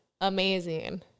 amazing